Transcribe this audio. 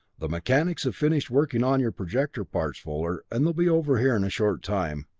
the mechanics have finished working on your projector parts, fuller, and they'll be over here in a short time.